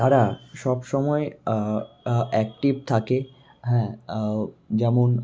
তারা সব সময় অ্যাকটিভ থাকে হ্যাঁ আও যেমন